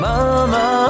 Mama